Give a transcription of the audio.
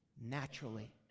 naturally